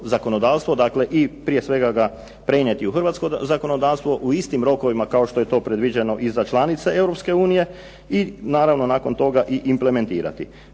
zakonodavstvo, dakle i prije svega ga prenijeti u hrvatsko zakonodavstvo u istim rokovima kao što je predviđeno i za članice Europske unije i naravno nakon toga i implementirati.